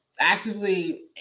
actively